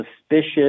suspicious